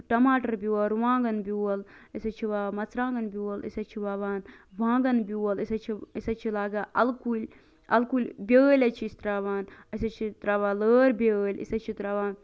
ٹَماٹر بیول رُوانٛگَن بیول أسۍ حظ چھِ وَوان مَژروانٛگن بیول أسۍ حظ چھِ وَوان وانٛگَن بیول أسۍ حظ چھِ أسۍ حظ چھِ لاگان اَلہٕ کُلۍ اَلہٕ کُلۍ بٲلۍ حظ چھِ أسۍ تراوان أسۍ حظ چھِ تراوان لٲر بیٲلۍ أسۍ حظ چھِ تراوان